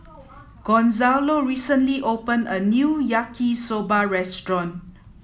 Gonzalo recently opened a new Yaki soba restaurant